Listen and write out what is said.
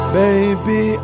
baby